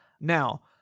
Now